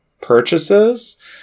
purchases